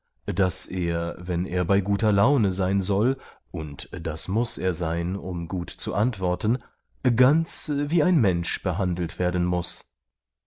daß er wenn er bei guter laune sein soll und das muß er sein um gut zu antworten ganz wie ein mensch behandelt werden muß